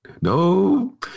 no